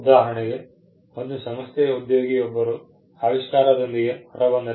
ಉದಾಹರಣೆಗೆ ಒಂದು ಸಂಸ್ಥೆಯ ಉದ್ಯೋಗಿಯೊಬ್ಬರು ಆವಿಷ್ಕಾರದೊಂದಿಗೆ ಹೊರಬಂದರೆ